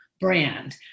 Brand